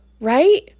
Right